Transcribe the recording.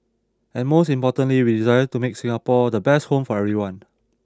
and most importantly we desire to make Singapore the best home for everyone